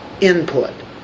input